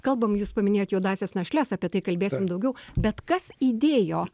kalbam jūs paminėjot juodąsias našles apie tai kalbėsim daugiau bet kas įdėjo